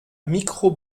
micro